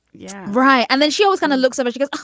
yeah, right. and then she was going to look so much good.